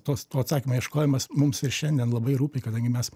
tos to atsakymo ieškojimas mums ir šiandien labai rūpi kadangi mes